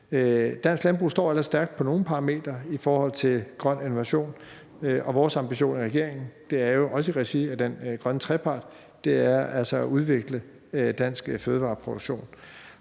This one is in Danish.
Dansk landbrug står ellers stærkt på nogle parametre i forhold til grøn innovation, og vores ambition i regeringen, også i regi af den grønne trepart,